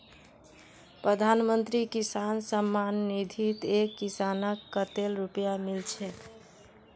प्रधानमंत्री किसान सम्मान निधित एक किसानक कतेल रुपया मिल छेक